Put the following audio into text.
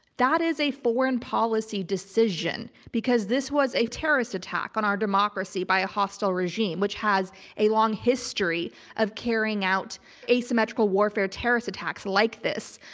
that is a foreign policy decision because this was a terrorist attack on our democracy by a hostile regime, which has a long history of carrying out asymmetrical warfare, terrorist attacks like this.